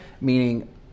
meaning